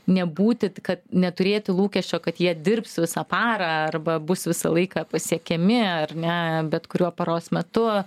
nebūti kad neturėti lūkesčio kad jie dirbs visą parą arba bus visą laiką pasiekiami ar ne bet kuriuo paros metu